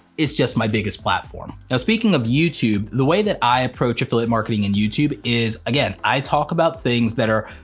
it's just my biggest platform. now speaking of youtube, the way that i approach affiliate marketing in youtube, is again, i talk about things that are,